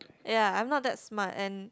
ya I'm not that smart and